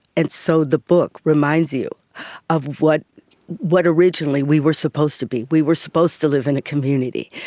and so the book reminds you of what what originally we were supposed to be. we were supposed to live in a community.